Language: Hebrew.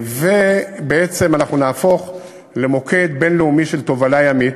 ובעצם אנחנו נהפוך למוקד בין-לאומי של תובלה ימית.